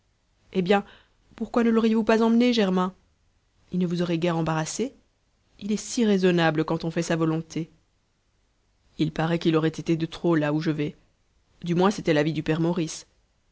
eh bien pourquoi ne l'auriez-vous pas emmené germain il ne vous aurait guère embarrassé il est si raisonnable quand on fait sa volonté il paraît qu'il aurait été de trop là où je vais du moins c'était l'avis du père maurice